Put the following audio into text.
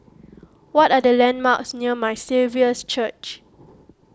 what are the landmarks near My Saviour's Church